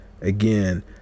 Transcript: Again